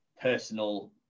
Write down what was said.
personal